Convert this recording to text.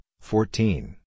fourteen